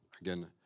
again